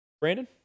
Brandon